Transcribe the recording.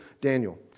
Daniel